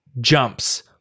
jumps